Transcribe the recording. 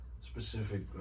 specific